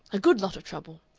a good lot of trouble.